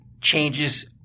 changes –